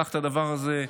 קח את הדבר הזה,